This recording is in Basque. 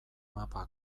mapa